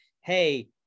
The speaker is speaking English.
Hey